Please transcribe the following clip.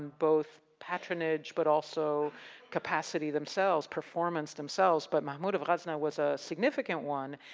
both patronage, but also capacity themselves, performance themselves. but, mahmud of ghazni was ah significant one.